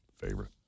favorite